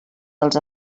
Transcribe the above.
dels